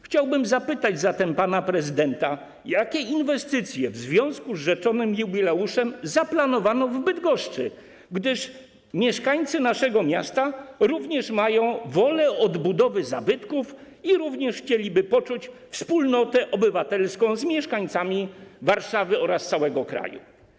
Chciałbym zatem zapytać pana prezydenta, jakie inwestycje w związku z rzeczonym jubileuszem zaplanowano w Bydgoszczy, gdyż mieszkańcy naszego miasta również mają wolę odbudowy zabytków i również chcieliby poczuć wspólnotę obywatelską z mieszkańcami Warszawy oraz całego kraju.